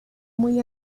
muy